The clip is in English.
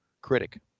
critic